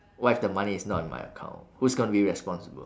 what if the money is not in my account who's gonna be responsible